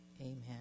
Amen